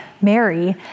Mary